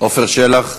עפר שלח?